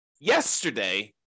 yesterday